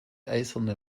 eisene